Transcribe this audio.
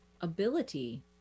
ability